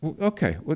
Okay